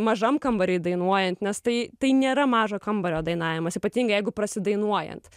mažam kambary dainuojant nes tai tai nėra mažo kambario dainavimas ypatingai jeigu prasidainuojant